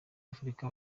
afurika